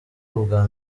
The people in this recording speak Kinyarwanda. ubwa